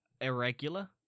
irregular